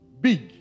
Big